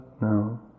No